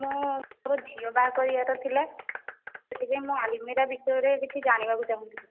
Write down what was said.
ମୁଁ ମୋର ଝିଅ ବାହା କରିବାର ଥିଲା ସେଥିପାଇଁ ମୁଁ ଆଲମିରା ବିଷୟରେ କିଛି ଜାଣିବାକୁ ଚାହୁଁଥିଲି